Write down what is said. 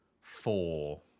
four